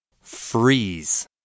Freeze